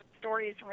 stories